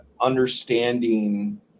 understanding